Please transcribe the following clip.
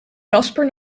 jasper